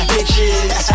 Bitches